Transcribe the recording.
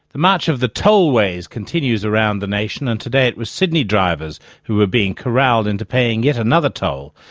the march of the tollways continues around the nation, and today it was sydney drivers who are being corralled into paying yet another toll,